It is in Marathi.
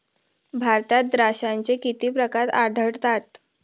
भारतात द्राक्षांचे किती प्रकार आढळतात?